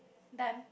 done